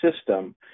system